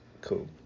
cool